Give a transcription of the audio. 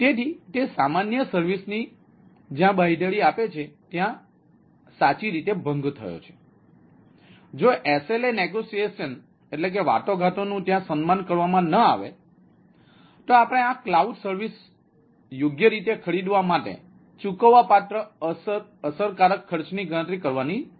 તેથી તે સામાન્ય સર્વિસની જ્યાં બાંયધરી આપે છે ત્યાં સાચો ભંગ થયો છે અને જો SLA વાટાઘાટો નું ત્યાં સન્માન કરવામાં ન આવે તો આપણે આ ક્લાઉડ સર્વિસઓ યોગ્ય રીતે ખરીદવા માટે ચૂકવવાપાત્ર અસરકારક ખર્ચની ગણતરી કરવાની જરૂર છે